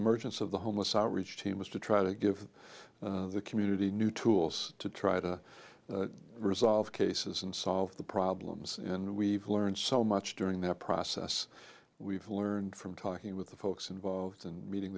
emergence of the homeless are rich teams to try to give the community new tools to try to resolve cases and solve the problems and we've learned so much during the process we've learned from talking with the folks involved and meeting